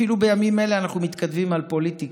אפילו בימים אלה אנחנו מתכתבים על פוליטיקה,